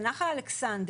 זה נחל אלכסנדר.